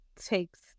takes